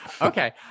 Okay